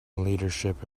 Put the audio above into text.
leadership